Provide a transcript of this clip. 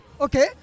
Okay